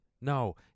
No